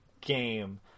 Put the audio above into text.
game